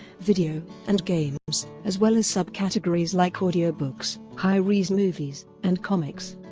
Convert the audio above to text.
video, and games, as well as sub-categories like audio books, high-res movies, and comics.